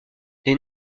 les